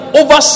over